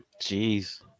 Jeez